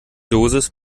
dosis